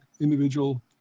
individual